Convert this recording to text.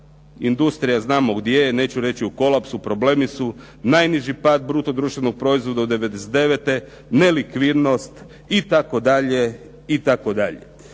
industrija znamo gdje je neću reći u kolapsu, problemi su. Najniži pad bruto domaćeg proizvoda od '99.-te, nelikvidnost itd. Ja